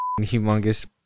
humongous